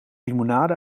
limonade